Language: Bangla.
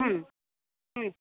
হুম হুম